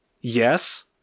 yes